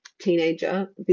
teenager